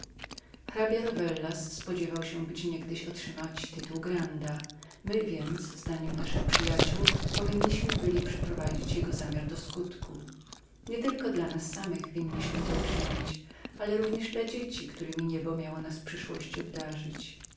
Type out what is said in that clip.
hrabia rovellas spodziewał się był niegdyś otrzymać tytuł granda my więc według zdania naszych przyjacioł powinni byliśmy przyprowadzić jego zamiar do skutku nie tyle dla nas samych winniśmy byli to uczynić jak raczej dla dzieci któremi niebo miało nas w przyszłości obdarzyć